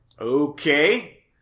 okay